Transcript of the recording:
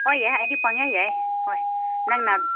ꯍꯣꯏ ꯌꯥꯏ ꯑꯩꯗꯤ ꯄꯪꯌꯥ ꯌꯥꯏꯌꯦ ꯍꯣꯏ ꯅꯪꯅ